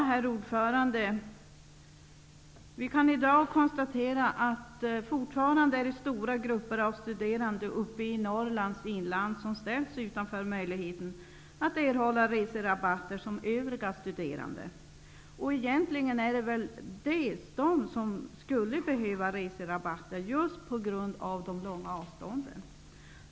Herr talman! Vi kan i dag konstatera att stora grupper av studerande uppe i Norrlands inland fortfarande ställs utanför möjligheten att erhålla reserabatter som övriga studerande. Egentligen är det väl de som verkligen skulle behöva reserabatter just på grund av de långa avstånden.